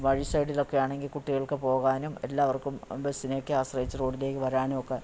വഴിസൈഡിലൊക്കെയാണെങ്കിൽ കുട്ടികൾക്ക് പോകാനും എല്ലാവർക്കും ബസ്സിനെയൊക്കെയാശ്രയിച്ച് റോഡിലേക്ക് വരാനുമൊക്കെ